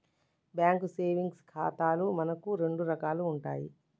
bank savings ఖాతాలు మనకు రెండు రకాలు ఉంటాయి